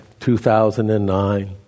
2009